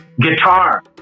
guitar